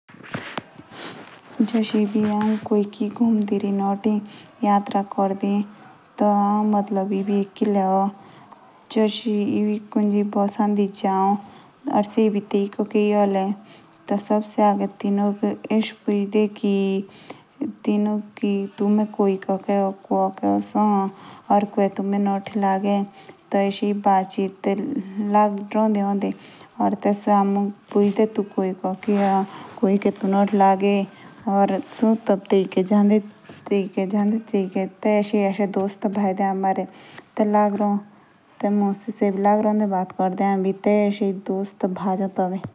जेस आउ कोकी घुमदे या यात्रा करदे जाओ। या आउ एकले ए। या औ जे कोई बसो दे जौ त। ते औ तिनुक एशो पुछदे कि काशी ए। कोके जाओ तुमे या तुम्हें कुके।